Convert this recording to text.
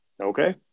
Okay